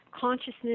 consciousness